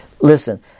Listen